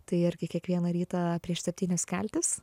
tai irgi kiekvieną rytą prieš septynias keltis